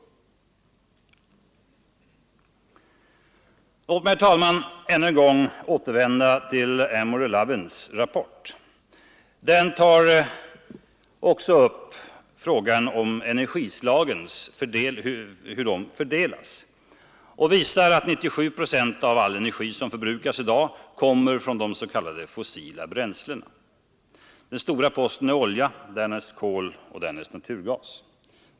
Låt mig, herr talman, än en gång återvända till Amory Lovins rapport. Den tar också upp hur energislagen fördelas och visar att 97 procent av all energi som förbrukas i dag kommer från s.k. fossila bränslen. Den stora posten är olja. Därnäst kommer kol och därefter naturgas.